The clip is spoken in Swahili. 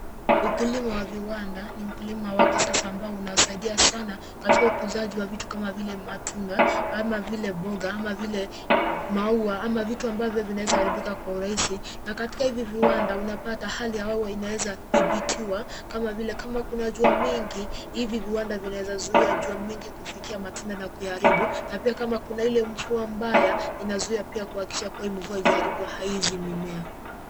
Ukulima wa viwanda ni ukulima wa kisasa ambao unasaidia sana katika ukuzaji wa vitu kama vile matunda, ama vile mboga, ama vile maua, ama vitu ambavyo vinaweza haribika kwa urahisi na katika hivi viwanda unapata hali ya hewa inaweza dhibitiwa kama vile, kuna jua mingi hivi viwanda vinaweza zuia jua mingi kufikia matunda na kuyaharibu na pia kama kuna ile mvua mbaya inazuia pia kuhakikisha kwamba mvua haijaharibu hizi mimea.